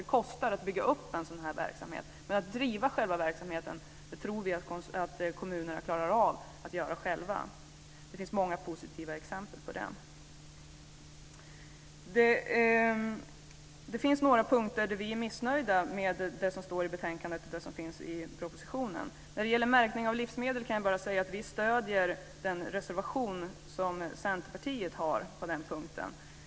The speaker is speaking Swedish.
Det kostar att bygga upp en sådan här verksamhet, men att driva själva verksamheten tror vi att kommunerna klarar av att göra själva. Det finns många positiva exempel på det. Det finns några punkter där vi är missnöjda med det som står i betänkandet och det som finns i propositionen. När det gäller märkning av livsmedel kan jag bara säga att vi stöder den reservation som Centerpartiet har på den punkten.